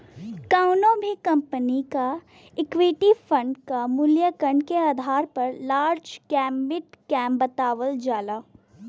कउनो भी कंपनी क इक्विटी फण्ड क मूल्यांकन के आधार पर लार्ज कैप मिड कैप बतावल जाला